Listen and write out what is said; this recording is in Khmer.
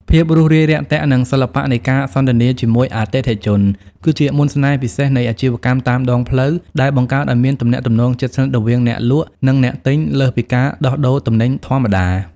ភាពរួសរាយរាក់ទាក់ និងសិល្បៈនៃការសន្ទនាជាមួយអតិថិជន គឺជាមន្តស្នេហ៍ពិសេសនៃអាជីវកម្មតាមដងផ្លូវ ដែលបង្កើតឱ្យមានទំនាក់ទំនងជិតស្និទ្ធរវាងអ្នកលក់ និងអ្នកទិញលើសពីការដោះដូរទំនិញធម្មតា។